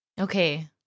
Okay